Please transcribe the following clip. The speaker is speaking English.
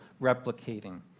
replicating